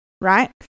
right